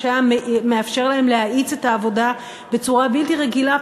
מה שהיה מאפשר להם להאיץ את העבודה בצורה בלתי רגילה.